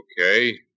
Okay